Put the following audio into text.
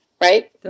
right